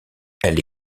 elle